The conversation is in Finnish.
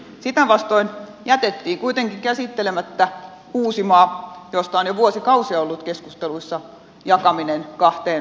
sitä vastoin jätettiin kuitenkin käsittelemättä uusimaa josta on jo vuosikausia ollut keskusteluissa jakaminen kahteen osaan